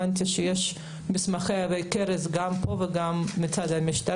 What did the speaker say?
הבנתי שיש מסמכים עבי כרס גם פה וגם במשטרה.